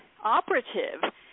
operative